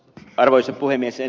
ensinnäkin ed